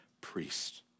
priest